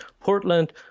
Portland